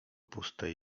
pustej